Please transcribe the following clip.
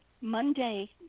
monday